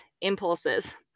impulses